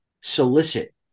solicit